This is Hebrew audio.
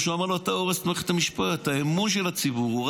הוא אמר לו: אתה הורס את מערכת המשפט,